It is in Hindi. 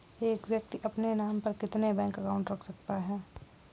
एक व्यक्ति अपने नाम पर कितने बैंक अकाउंट रख सकता है?